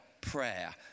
prayer